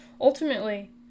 Ultimately